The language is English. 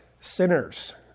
sinners